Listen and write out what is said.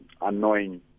annoying